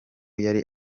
yari